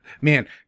Man